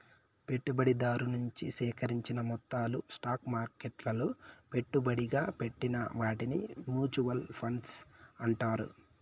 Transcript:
పెట్టుబడిదారు నుంచి సేకరించిన మొత్తాలు స్టాక్ మార్కెట్లలో పెట్టుబడిగా పెట్టిన వాటిని మూచువాల్ ఫండ్స్ అంటారు